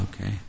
Okay